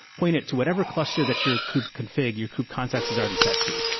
point it to whatever cluster that your kub config your kub context is already set to.